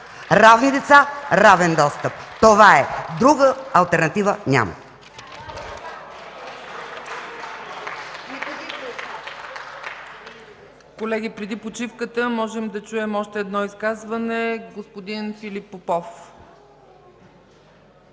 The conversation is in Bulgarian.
равни деца, равен достъп. Това е, друга алтернатива няма!